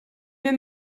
mynd